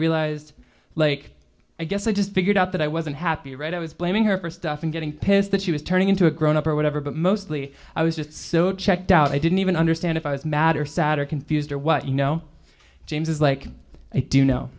realized like i guess i just figured out that i wasn't happy right i was blaming her for stuff and getting pissed that she was turning into a grown up or whatever but mostly i was just so checked out i didn't even understand if i was mad or sad or confused or what you know james is like i do know